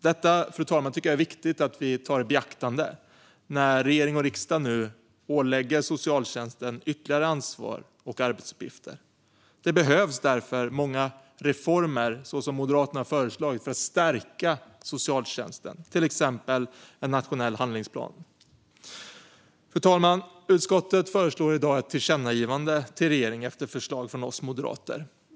Detta tycker jag är viktigt att vi tar i beaktande när regering och riksdag nu ålägger socialtjänsten ytterligare ansvar och arbetsuppgifter. Därför behövs de många reformer som Moderaterna har föreslagit för att stärka socialtjänsten, till exempel en nationell handlingsplan. Fru talman! Utskottet föreslår i dag ett tillkännagivande till regeringen efter förslag från oss moderater.